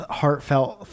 heartfelt